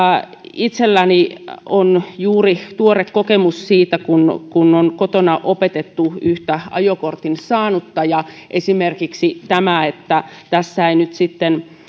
itselläni on juuri tuore kokemus siitä kun kun on kotona opetettu yhtä ajokortin saanutta ja esimerkiksi tätä että tässä ei nyt sitten